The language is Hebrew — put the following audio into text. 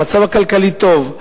המצב הכלכלי טוב,